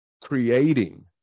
creating